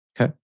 Okay